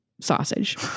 sausage